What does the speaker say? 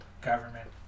government